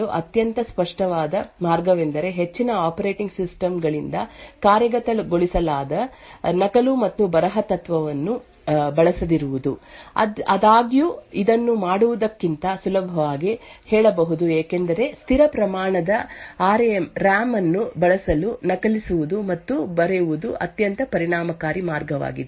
ಅಂತಹ ದಾಳಿಯನ್ನು ತಡೆಯಲು ಅತ್ಯಂತ ಸ್ಪಷ್ಟವಾದ ಮಾರ್ಗವೆಂದರೆ ಹೆಚ್ಚಿನ ಆಪರೇಟಿಂಗ್ ಸಿಸ್ಟಮ್ ಗಳಿಂದ ಕಾರ್ಯಗತಗೊಳಿಸಲಾದ ನಕಲು ಮತ್ತು ಬರಹ ತತ್ವವನ್ನು ಬಳಸದಿರುವುದು ಆದಾಗ್ಯೂ ಇದನ್ನು ಮಾಡುವುದಕ್ಕಿಂತ ಸುಲಭವಾಗಿ ಹೇಳಬಹುದು ಏಕೆಂದರೆ ಸ್ಥಿರ ಪ್ರಮಾಣದ ಆರ್ ಎಎಂ ಅನ್ನು ಬಳಸಲು ನಕಲಿಸುವುದು ಮತ್ತು ಬರೆಯುವುದು ಅತ್ಯಂತ ಪರಿಣಾಮಕಾರಿ ಮಾರ್ಗವಾಗಿದೆ